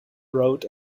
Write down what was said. road